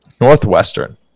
Northwestern